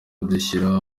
dushyira